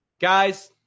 Guys